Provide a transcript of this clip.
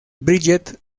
bridget